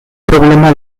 problema